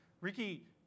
Ricky